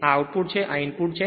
આ આઉટપુટ છે અને આ ઇનપુટ છે